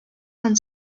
con